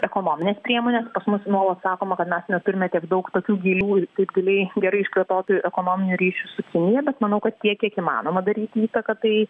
ekonominės priemonės pas mus nuolat sakoma kad mes neturime tiek daug tokių gilių ir taip giliai gerai išplėtotų ekonominių ryšių su kinija bet manau kad tiek kiek įmanoma daryti įtaką tai